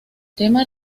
tema